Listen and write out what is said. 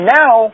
now